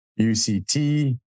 UCT